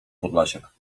podlasiak